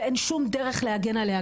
ואין שום דבר להגן עליה,